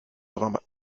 drame